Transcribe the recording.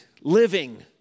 living